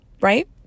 right